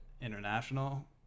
international